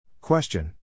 Question